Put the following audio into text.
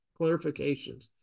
clarifications